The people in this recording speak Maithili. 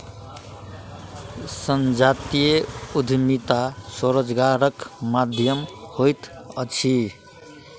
संजातीय उद्यमिता स्वरोजगारक माध्यम होइत अछि